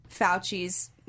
Fauci's